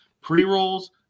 pre-rolls